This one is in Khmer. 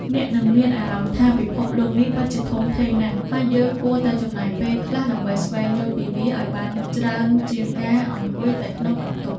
អ្នកនឹងមានអារម្មណ៍ថាពិភពលោកនេះពិតជាធំធេងណាស់ ហើយយើងគួរតែចំណាយពេលខ្លះដើម្បីស្វែងយល់ពីវាឱ្យបានច្រើនជាងការអង្គុយតែក្នុងបន្ទប់។